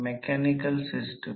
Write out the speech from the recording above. मी अंदाजे एक केले आहे